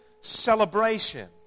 celebration